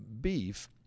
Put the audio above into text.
beef